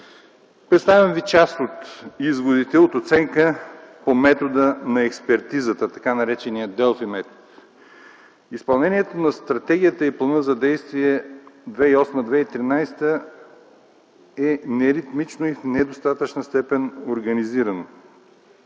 Представям Ви част от изводите от оценка по метода на експертизата, така наречения „Делфи метод”. Изпълнението на Стратегията и плана за действие 2008-2013 г. е неритмично и в недостатъчна степен организирано.